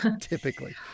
typically